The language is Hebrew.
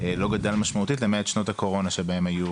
לא גדל באופן ניכר למעט בשנות הקורונה שבהן היו